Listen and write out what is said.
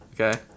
okay